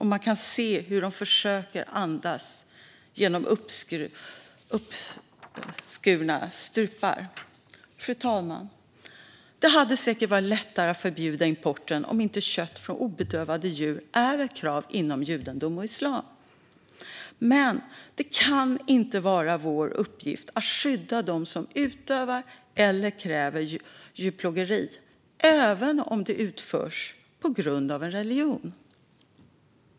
Man kan se hur de försöker andas genom uppskurna strupar. Fru talman! Det hade säkert varit lättare att förbjuda importen om inte kött från obedövade djur var ett krav inom judendom och islam. Men det kan inte vara vår uppgift att skydda dem som utövar eller kräver djurplågeri, även om det utförs på grund av en religion.